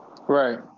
Right